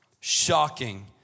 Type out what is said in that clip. shocking